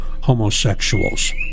homosexuals